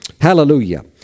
Hallelujah